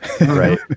Right